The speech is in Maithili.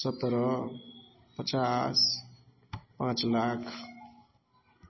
सत्रह पचास पाँच लाख